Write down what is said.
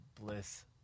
Bliss